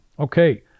Okay